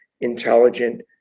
intelligent